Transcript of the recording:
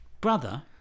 brother